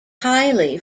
highly